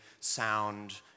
sound